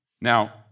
Now